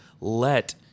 let